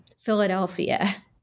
Philadelphia